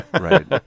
right